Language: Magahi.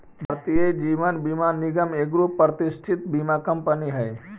भारतीय जीवन बीमा निगम एगो प्रतिष्ठित बीमा कंपनी हई